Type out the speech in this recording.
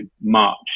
March